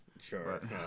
sure